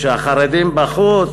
שהחרדים בחוץ?